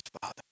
Father